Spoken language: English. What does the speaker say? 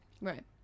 right